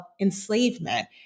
enslavement